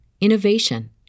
innovation